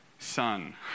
son